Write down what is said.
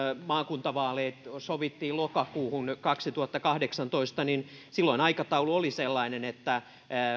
maakuntavaalit sovittiin lokakuuhun kaksituhattakahdeksantoista aikataulu oli sellainen että